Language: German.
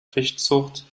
fischzucht